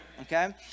Okay